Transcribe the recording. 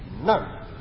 no